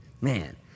Man